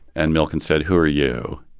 and milken said, who are you?